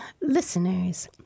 listeners